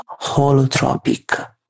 holotropic